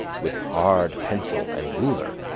with hard pencil and ruler,